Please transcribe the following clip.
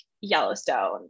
Yellowstone